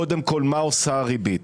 קודם כול, מה עושה הריבית?